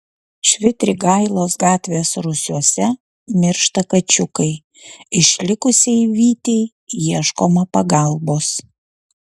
švitrigailos gatvės rūsiuose miršta kačiukai išlikusiai vytei ieškoma pagalbos